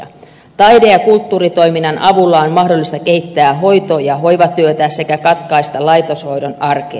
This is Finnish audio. taide ja kulttuuritoiminnan avulla on mahdollista kehittää hoito ja hoivatyötä sekä katkaista laitoshoidon arkea